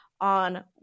on